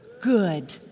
Good